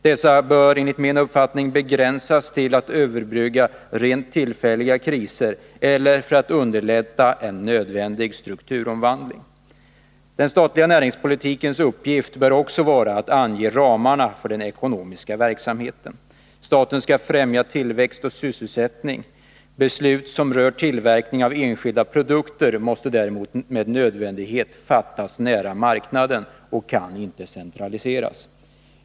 Dessa bör enligt min uppfattning begränsas till att överbrygga rent tillfälliga kriser eller att underlätta en nödvändig strukturomvandling. Den statliga näringspolitikens uppgift bör också vara att ange ramarna för den ekonomiska verksamheten. Staten skall främja tillväxt och sysselsättning. Beslut som rör tillverkning av enskilda produkter måste däremot med nödvändighet fattas nära marknaden och kan inte centraliseras.